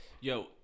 Yo